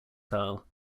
style